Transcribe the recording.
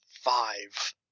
five